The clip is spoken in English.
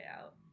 out